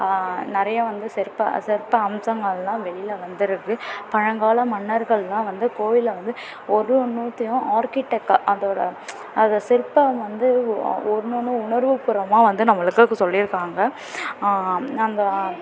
நிறையா வந்து சிற்ப சிற்ப அம்சங்களெலாம் வெளியில் வந்திருக்கு பழங்கால மன்னர்களெலாம் வந்து கோவிலை வந்து ஒரு ஒன்றுத்தையும் ஆர்க்கிடெக்காக அதோடு அது சிற்பம் வந்து ஒன்று ஒன்று உணர்வு பூர்வமாக வந்து நம்மளுக்கு சொல்லியிருக்காங்க அந்த